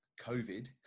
COVID